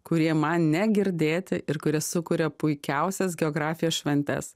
kurie man negirdėti ir kurie sukuria puikiausias geografijos šventes